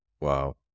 Wow